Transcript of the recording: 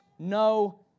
No